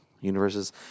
universes